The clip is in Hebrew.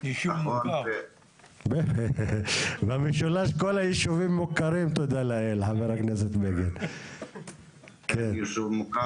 באמת המשטרה אסרה עלינו להיכנס ליישובים